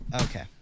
Okay